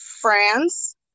France